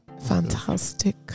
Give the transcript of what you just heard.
fantastic